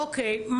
אוקיי,